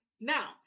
Now